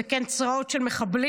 זה קן צרעות של מחבלים.